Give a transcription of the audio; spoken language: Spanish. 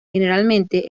generalmente